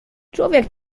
człowiek